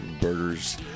burgers